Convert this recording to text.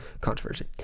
controversy